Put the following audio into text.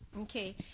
Okay